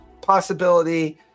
possibility